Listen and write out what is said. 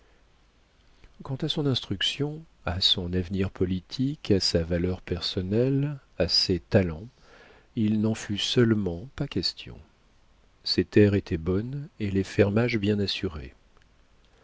quant à son instruction à son avenir politique à sa valeur personnelle à ses talents il n'en fut seulement pas question ses terres étaient bonnes et les fermages bien assurés